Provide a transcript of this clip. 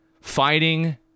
fighting